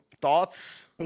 Thoughts